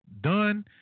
done